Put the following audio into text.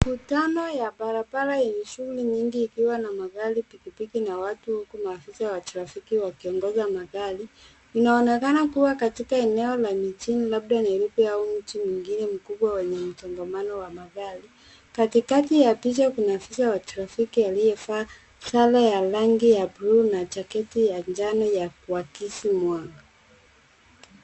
Kutano ya barabara yenye shughuli nyingi ikiwa na magari, pikipiki na watu, huku maafisa wa trafiki wakiongoza magari. Unaonekana kuwa katika eneo la mijini labda Nairobi au mjini nyingine mkubwa yenye msongamano wa magari. Katikati ya picha kuna aafisa wa trafiki aliyevaa sare ya rangi ya bluu na jaketi ya njano ya kuakisi mwanga.